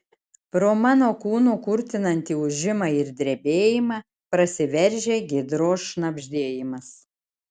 pro mano kūno kurtinantį ūžimą ir drebėjimą prasiveržia giedros šnabždėjimas